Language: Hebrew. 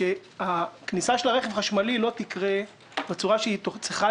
שהכניסה של רכב חשמלי לא תקרה בצורה שהיא צריכה